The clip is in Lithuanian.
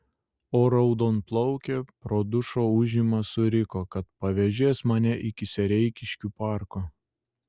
o raudonplaukė pro dušo ūžimą suriko kad pavėžės mane iki sereikiškių parko